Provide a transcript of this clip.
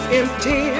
empty